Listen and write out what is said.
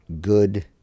good